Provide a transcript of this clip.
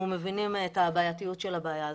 מבינים את הבעייתיות של הבעיה הזאת.